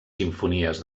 simfonies